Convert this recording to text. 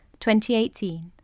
2018